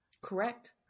Correct